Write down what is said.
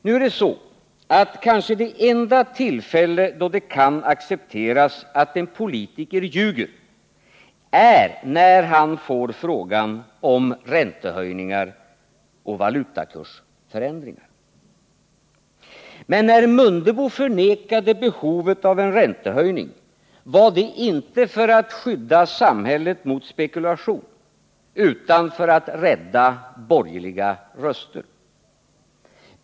Nu är det så, att det enda tillfälle då det kanske kan accepteras att en politiker ljuger är när han får frågan om räntehöjningar och valutakursförändringar. Men när Ingemar Mundebo förnekade behovet av en räntehöjning var det inte för att skydda samhället mot spekulation utan för att rädda borgerliga röster.